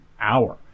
hour